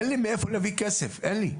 אין לי מאיפה להביא כסף, אין לי.